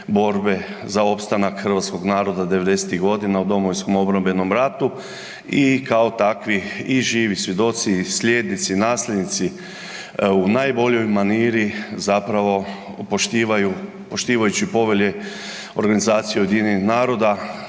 za opstanak Hrvatskog naroda 90-tih godina u Domovinskom obrambenom ratu i kao takvi i živi svjedoci, slijednici, nasljednici u najboljoj maniri zapravo poštivajući Povelje Organizacije ujedinjenih naroda